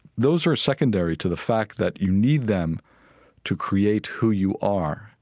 those are secondary to the fact that you need them to create who you are.